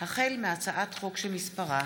החל מהצעת חוק שמספרה